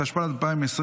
(תיקון), התשפ"ד 2024,